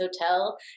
hotel